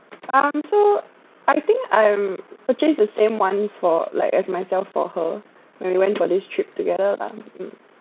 um so I think I'm purchase the same [one] for like as myself for her when we went for this trip together lah mm